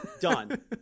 Done